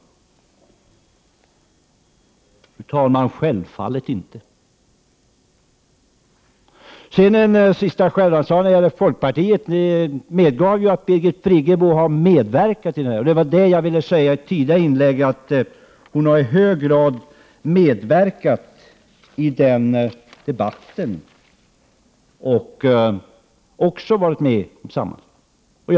Fru talman! Självfallet inte! Sedan en sista kommentar när det gäller folkpartiet: Ni medgav ju att Birgit Friggebo har medverkat i det här. Det var vad jag ville säga i ett tidigare inlägg: Hon har i hög grad medverkat i den debatten och även varit med om det här.